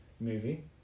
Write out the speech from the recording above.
movie